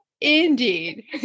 Indeed